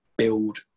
Build